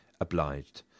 obliged